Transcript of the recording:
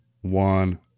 one